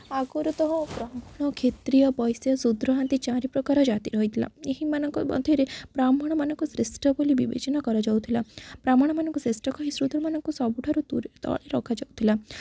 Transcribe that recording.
ଆଗରୁ ତ ବ୍ରାହ୍ମଣ କ୍ଷେତ୍ରୀୟ ବୈଶ୍ୟ ଶୂଦ୍ର ଆଦି ଚାରି ପ୍ରକାର ଜାତି ରହିଥିଲା ଏହିମାନଙ୍କ ମଧ୍ୟରେ ବ୍ରାହ୍ମଣମାନଙ୍କ ଶ୍ରେଷ୍ଠ ବୋଲି ବିବେଚନା କରାଯାଉଥିଲା ବ୍ରାହ୍ଣଣମାନଙ୍କୁ ଶ୍ରେଷ୍ଠ କହି ଶୂଦ୍ରମାନଙ୍କୁ ସବୁଠାରୁ ତଳେ ରଖାଯାଉଥିଲା